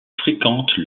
fréquente